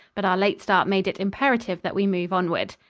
but our late start made it imperative that we move onward.